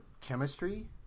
chemistry